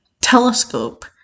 telescope